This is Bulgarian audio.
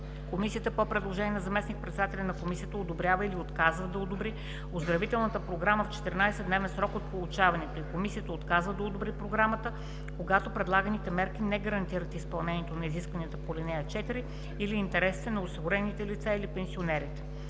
Комисията по предложение на заместник-председателя на комисията одобрява или отказва да одобри оздравителната програма в 14-дневен срок от получаването й. Комисията отказва да одобри програмата, когато предлаганите мерки не гарантират изпълнението на изискването по ал. 4 или интересите на осигурените лица или пенсионерите.”